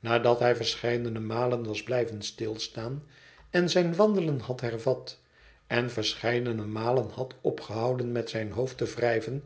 nadat hij verscheidene malen was blijven stilstaan en zijn wandelen had hervat en verscheidene malen had opgehouden met zijn hoofd te wrijven